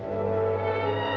or